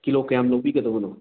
kilo ꯀꯌꯥꯝ ꯂꯧꯕꯤꯒꯗꯕꯅꯣ